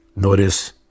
Notice